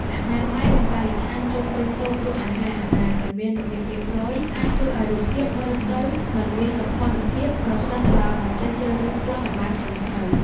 អនាម័យ និងបរិស្ថានជុំវិញតូបលក់អាហារដែលមិនមានរបៀបរៀបរយ អាចធ្វើឱ្យរូបភាពមើលទៅមិនមានសោភ័ណភាពប្រសិនបើមិនចេះជ្រើសរើសប្លង់ឱ្យបានត្រឹមត្រូវ។